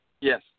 Yes